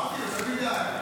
אמרתי: יותר מדי.